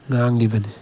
ꯉꯥꯡꯂꯤꯕꯅꯤ